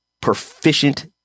proficient